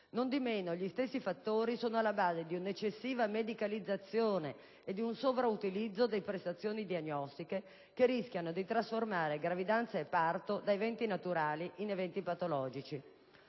Non di meno, gli stessi fattori sono alla base di un'eccessiva medicalizzazione e di un sovrautilizzo delle prestazioni diagnostiche, che rischiano di trasformare gravidanza e parto da eventi naturali in eventi patologici.